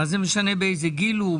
מה זה משנה באיזה גיל הוא,